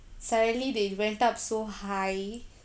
suddenly they went up so high